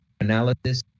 analysis